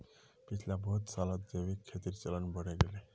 पिछला बहुत सालत जैविक खेतीर चलन बढ़े गेले